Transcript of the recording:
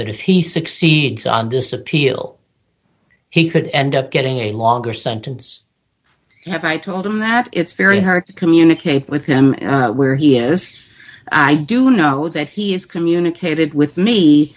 that if he succeeds on this appeal he could end up getting a longer sentence if i told him that it's very hard to communicate with him where he is i do know that he has communicated with me